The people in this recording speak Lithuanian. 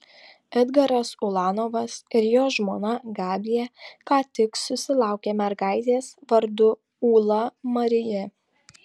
edgaras ulanovas ir jo žmona gabija ką tik susilaukė mergaitės vardu ūla marija